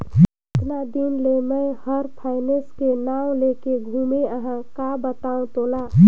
केतना दिन ले मे हर फायनेस के नाव लेके घूमें अहाँ का बतावं तोला